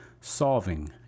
solving